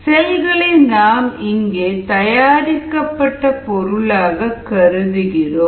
செல்களை நாம் இங்கே தயாரிக்கப்பட்ட பொருளாக கருதுகிறோம்